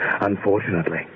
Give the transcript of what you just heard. Unfortunately